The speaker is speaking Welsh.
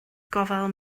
gofal